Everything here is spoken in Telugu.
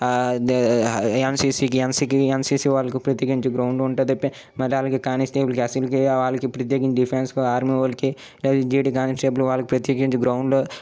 ఎన్సిసికి ఎన్సికి ఎన్సిసి వాళ్ళకి ప్రత్యేకించి గ్రౌండ్ ఉంటుంది మరి దానికి కానిస్టేబుల్ కి ఎస్ఏలకి వాళ్ళకి ప్రత్యేకించి డిఫెన్స్ ఆర్మీ వాళ్ళకి బీటు కానిస్టేబుల్స్ వాళ్ళకి ప్రత్యేకించి గ్రౌండ్